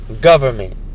government